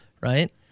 Right